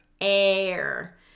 air